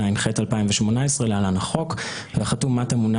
התשע"ח-2018 (להלן החוק) והחתום מטה מונה